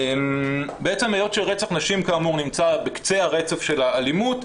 בעצם היות שרצח נשים כאמור נמצא בקצה הרצף של האלימות,